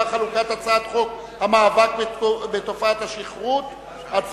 חלוקת הצעת חוק המאבק בתופעת השכרות (הוראת שעה).